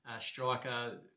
striker